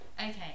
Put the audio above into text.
Okay